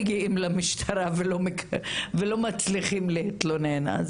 מגיעים למשטרה לא מצליחים להתלונן.